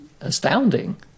astounding